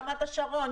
רמת השרון,